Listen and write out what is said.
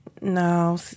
No